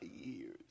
years